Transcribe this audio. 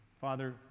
Father